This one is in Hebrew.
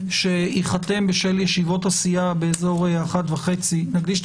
שייחתם בשל ישיבות הסיעה באזור 13:30 נקדיש את